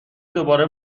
دوباره